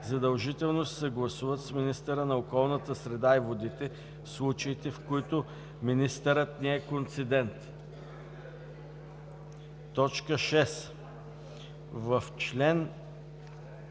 задължително се съгласуват с министъра на околната среда и водите в случаите, в които министърът не е концедент.” 6. В чл.